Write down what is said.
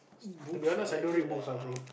books I read ah